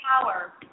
power